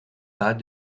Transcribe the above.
pas